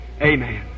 Amen